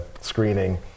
screening